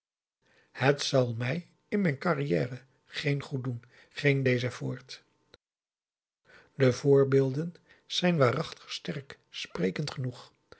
het zal mij in mijn carrière geen goed doen ging deze voort de voorbeelden zijn waarachtig sterk sprekend genoeg